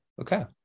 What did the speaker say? Okay